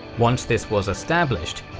once this was established,